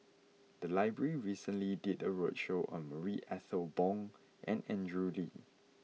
the library recently did a roadshow on Marie Ethel Bong and Andrew Lee